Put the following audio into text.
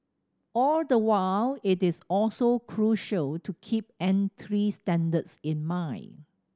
all the while it is also crucial to keep entry standards in mind